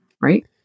Right